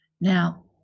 Now